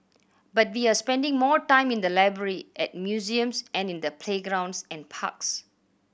but we are spending more time in the library at museums and in the playgrounds and parks